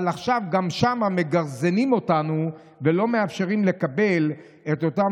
אבל עכשיו גם שם מגרזנים אותנו ולא מאפשרים לקבל את אותן